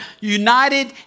united